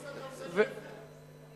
כל מה שהוא עושה, אתה עושה להיפך.